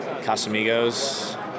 Casamigos